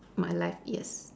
my left yes